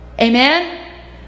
Amen